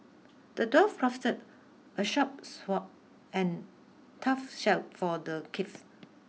the dwarf crafted a sharp sword and toughshield for the knights